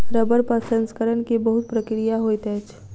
रबड़ प्रसंस्करण के बहुत प्रक्रिया होइत अछि